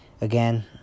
Again